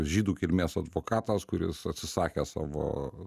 žydų kilmės advokatas kuris atsisakė savo